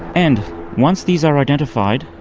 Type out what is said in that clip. and once these are identified,